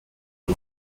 she